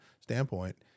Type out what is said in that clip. standpoint